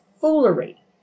foolery